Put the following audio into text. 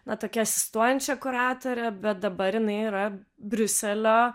na tokia asistuojančia kuratore bet dabar jinai yra briuselio